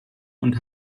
und